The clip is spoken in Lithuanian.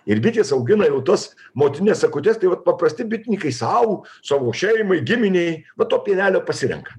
ir bitės augina jau tuos motinines akutes tai vat paprasti bitininkai sau savo šeimai giminei va to pienelio pasirenka